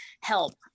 help